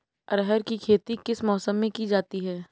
अरहर की खेती किस मौसम में की जाती है?